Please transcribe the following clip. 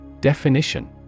Definition